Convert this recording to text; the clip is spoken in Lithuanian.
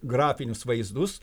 grafinius vaizdus